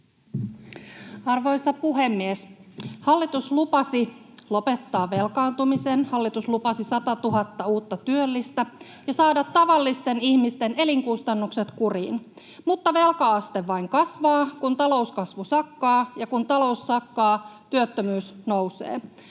Arvoisa puhemies! Hallitus lupasi lopettaa velkaantumisen. Hallitus lupasi 100 000 uutta työllistä ja saada tavallisten ihmisten elinkustannukset kuriin, mutta velka-aste vain kasvaa, kun talouskasvu sakkaa, ja kun talous sakkaa, työttömyys nousee.